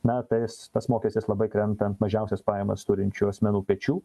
na tais tas mokestis labai krenta ant mažiausias pajamas turinčių asmenų pečių